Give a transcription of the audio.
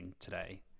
today